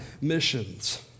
missions